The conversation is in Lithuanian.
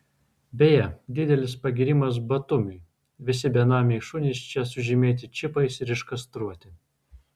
beje didelis pagyrimas batumiui visi benamiai šunys čia sužymėti čipais ir iškastruoti